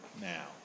now